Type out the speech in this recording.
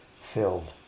filled